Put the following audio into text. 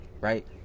right